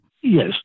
Yes